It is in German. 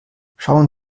schauen